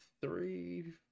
three